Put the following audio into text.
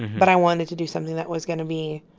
but i wanted to do something that was going to be,